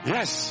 Yes